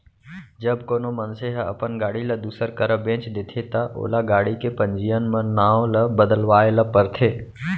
जब कोनो मनसे ह अपन गाड़ी ल दूसर करा बेंच देथे ता ओला गाड़ी के पंजीयन म नांव ल बदलवाए ल परथे